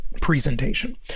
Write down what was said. presentation